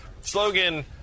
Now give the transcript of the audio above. slogan